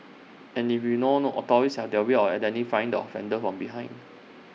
and we all know authorities have their way of identifying the offender from behind